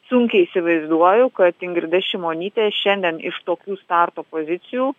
sunkiai įsivaizduoju kad ingrida šimonytė šiandien iš tokių starto pozicijų